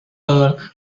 earl